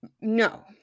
No